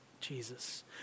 Jesus